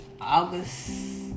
August